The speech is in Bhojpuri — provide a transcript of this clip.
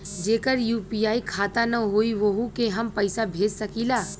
जेकर यू.पी.आई खाता ना होई वोहू के हम पैसा भेज सकीला?